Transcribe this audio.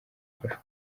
gufashwa